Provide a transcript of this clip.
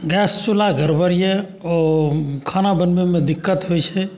gas चुल्हा गड़बड़ अइ आओर खाना बनबैमे दिक्कत होइ छै